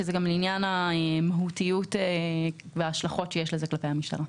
וזה גם עניין המהותיות וההשלכות שיש לזה כלפי הממשלה.